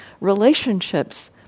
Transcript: relationships